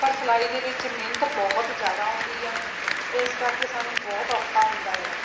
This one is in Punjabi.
ਪਰ ਸਿਲਾਈ ਦੇ ਵਿੱਚ ਮਿਹਨਤ ਬਹੁਤ ਜ਼ਿਆਦਾ ਹੁੰਦੀ ਆ ਇਸ ਕਰਕੇ ਸਾਨੂੰ ਬਹੁਤ ਔਖਾ ਹੁੰਦਾ ਹੈ